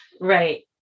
right